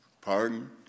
Pardon